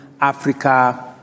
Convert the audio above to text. Africa